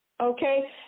Okay